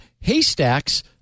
Haystacks